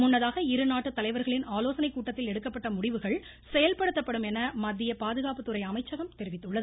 முன்னதாக இருநாட்டு தலைவர்களின் ஆலோசனைக் கூட்டத்தில் எடுக்கப்பட்ட முடிவுகள் செயல்படுத்தப்படும் என மத்திய பாதுகாப்பு துறை அமைச்சகம் தெரிவித்துள்ளது